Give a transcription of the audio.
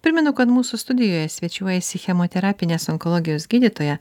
primenu kad mūsų studijoje svečiuojasi chemoterapinės onkologijos gydytoja